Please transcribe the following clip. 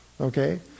Okay